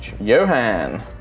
Johan